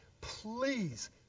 please